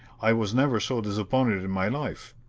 i was never so disappointed in my life!